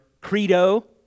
credo